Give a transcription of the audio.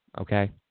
okay